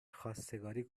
خواستگاری